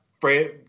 Fred